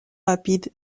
rapide